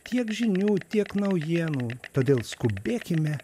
tiek žinių tiek naujienų todėl skubėkime